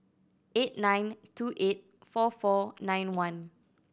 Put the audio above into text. eight nine two eight four four nine one